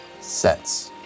sets